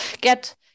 get